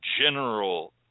general